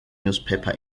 newspaper